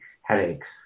headaches